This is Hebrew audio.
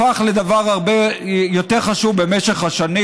הפך לדבר הרבה יותר חשוב במשך השנים,